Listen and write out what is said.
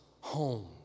home